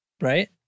right